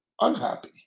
unhappy